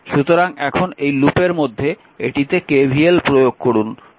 সুতরাং এখন এই লুপের মধ্যে এটিতে KVL প্রয়োগ করুন